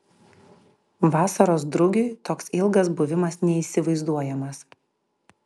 vasaros drugiui toks ilgas buvimas neįsivaizduojamas